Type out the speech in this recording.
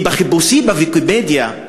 כי ב"ויקיפדיה"